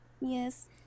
Yes